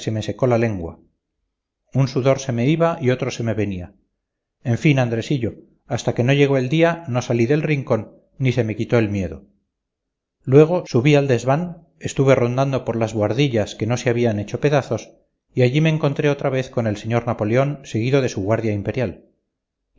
me secó la lengua un sudor se me iba y otro se me venía en fin andresillo hasta que no llegó el día no salí del rincón ni se me quitó el miedo luego subí al desván estuve rondando por las bohardillas que no se habían hecho pedazos y allí me encontré otra vez con el señor napoleón seguido de su guardia imperial